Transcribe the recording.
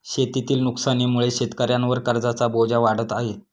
शेतीतील नुकसानीमुळे शेतकऱ्यांवर कर्जाचा बोजा वाढत आहे